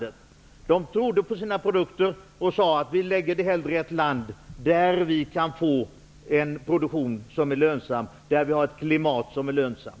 Dessa företag trodde på sina produkter och man beslutade sig för att förlägga produktionen i rätt land, där den var lönsam och där klimatet var lönsamt.